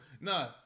nah